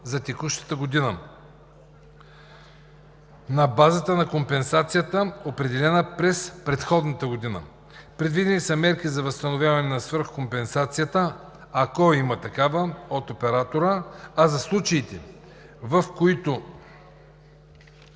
за текущата година на базата на компенсацията, определена през предходната година. Предвидени са мерки за възстановяване на свръхкомпенсацията (ако има такава) от оператора, а за случаите, в които